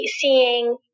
seeing